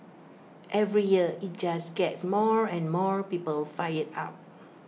every year IT just gets more and more people fired up